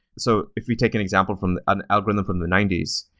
so if we take an example from an algorithm from the ninety s,